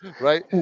right